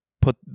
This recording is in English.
put –